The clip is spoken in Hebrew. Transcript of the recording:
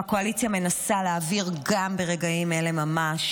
שהקואליציה מנסה להעביר גם ברגעים אלה ממש